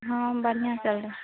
हाँ बढ़िया चल रहा है